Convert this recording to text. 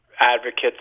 advocates